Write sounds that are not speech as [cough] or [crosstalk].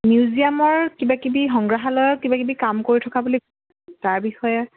মিউজিয়ামৰ কিবা কিবি সংগ্ৰাহালয়ৰ কিবা কিবি কাম কৰি থকা বুলি [unintelligible] তাৰ বিষয়ে